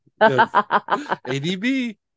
ADB